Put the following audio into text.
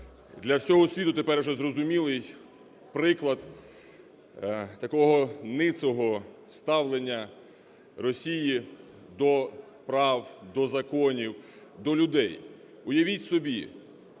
для всього світу, тепер вже зрозумілий приклад такого ницого ставлення Росії до прав, до законів, до людей. Уявіть собі,